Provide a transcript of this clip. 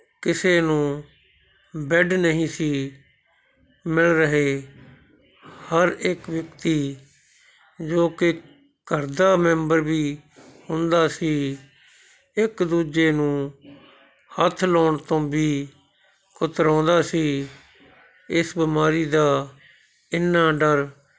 ਕਿਸੇ ਨੂੰ ਬੈੱਡ ਨਹੀਂ ਸੀ ਮਿਲ ਰਹੇ ਹਰ ਇੱਕ ਵਿਅਕਤੀ ਜੋ ਕਿ ਘਰ ਦਾ ਮੈਂਬਰ ਵੀ ਹੁੰਦਾ ਸੀ ਇੱਕ ਦੂਜੇ ਨੂੰ ਹੱਥ ਲਾਉਣ ਤੋਂ ਵੀ ਕਤਰਾਉਂਦਾ ਸੀ ਇਸ ਬਿਮਾਰੀ ਦਾ ਇੰਨਾ ਡਰ